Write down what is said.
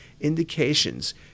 indications